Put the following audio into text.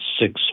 six